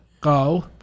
go